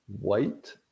white